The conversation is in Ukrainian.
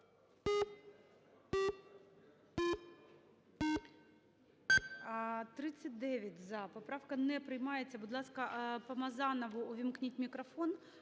За-39 Поправка не приймається. Будь ласка, Помазанову увімкніть мікрофон.